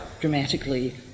dramatically